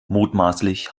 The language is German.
mutmaßlich